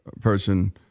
person